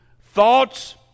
thoughts